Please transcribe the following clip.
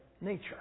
nature